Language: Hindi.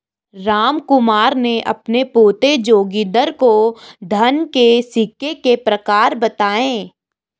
रामकुमार ने अपने पोते जोगिंदर को धन के सिक्के के प्रकार बताएं